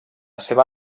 seva